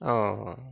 অঁ অঁ